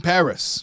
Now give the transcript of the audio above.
Paris